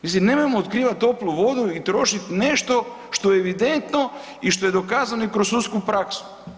Mislim nemojmo otkrivat toplu vodu i trošit nešto što je evidentno i što je dokazano i kroz sudsku praksu.